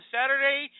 Saturday